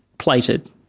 plated